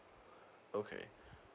okay